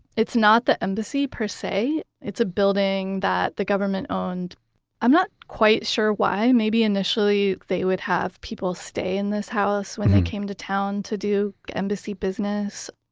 it's not the embassy per se. it's a building that the government-owned. i'm not quite sure why. maybe initially they would have people stay in this house when they came to town to do embassy business.